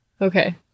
Okay